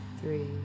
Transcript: three